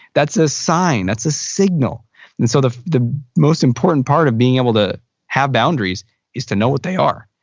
that's a sign, that's a signal and so the the most important part of being able to have boundaries is to know what they are.